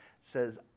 says